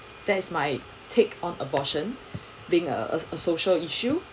that's my take on abortion being a a social issue